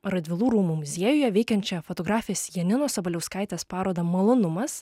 radvilų rūmų muziejuje veikiančią fotografės janinos sabaliauskaitės parodą malonumas